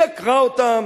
היא עקרה אותם.